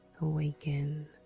awaken